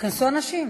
שייכנסו האנשים.